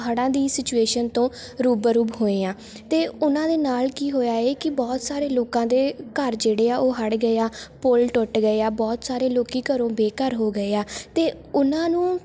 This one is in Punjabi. ਹੜ੍ਹਾਂ ਦੀ ਸਿਚੁਏਸ਼ਨ ਤੋਂ ਰੂਬਰੂ ਹੋਏ ਹਾਂ ਅਤੇ ਉਨ੍ਹਾਂ ਦੇ ਨਾਲ ਕੀ ਹੋਇਆ ਹੈ ਕਿ ਬਹੁਤ ਸਾਰੇ ਲੋਕਾਂ ਦੇ ਘਰ ਜਿਹੜੇ ਆ ਉਹ ਹੜ੍ਹ ਗਏ ਆ ਪੁਲ ਟੁੱਟ ਗਏ ਆ ਬਹੁਤ ਸਾਰੇ ਲੋਕੀਂ ਘਰੋਂ ਬੇਘਰ ਹੋ ਗਏ ਆ ਅਤੇ ਉਨ੍ਹਾਂ ਨੂੰ